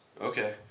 Okay